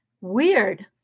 Weird